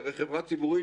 היא הרי חברה ציבורית,